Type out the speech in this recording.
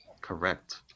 Correct